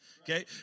okay